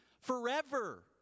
Forever